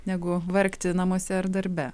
negu vargti namuose ar darbe